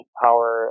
power